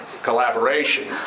collaboration